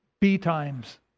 B-times